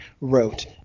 wrote